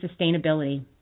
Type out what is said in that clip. sustainability